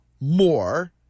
more